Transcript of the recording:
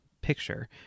picture